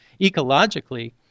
ecologically